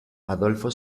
adolfo